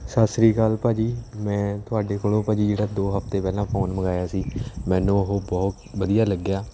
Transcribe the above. ਸਤਿ ਸ਼੍ਰੀ ਅਕਾਲ ਭਾਅ ਜੀ ਮੈਂ ਤੁਹਾਡੇ ਕੋਲੋਂ ਭਾਅ ਜੀ ਜਿਹੜਾ ਦੋ ਹਫ਼ਤੇ ਪਹਿਲਾਂ ਫੋਨ ਮੰਗਵਾਇਆ ਸੀ ਮੈਨੂੰ ਉਹ ਬਹੁਤ ਵਧੀਆ ਲੱਗਿਆ